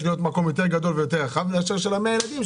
להיות מקום יותר גדול ויותר רחב מאשר של ה-100 ילדים,